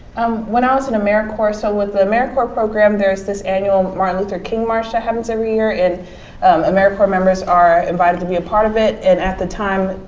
um when i was in americorps, so with ah americorp program there's this annual martin luther king march that happens every year and americorp members are invited to be a part of it. and at the time,